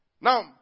Now